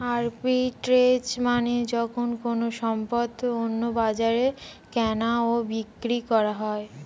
arbitrage মানে যখন কোনো সম্পদ অন্য বাজারে কেনা ও বিক্রি করা হয়